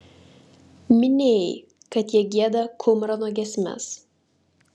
minėjai kad jie gieda kumrano giesmes